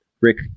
rick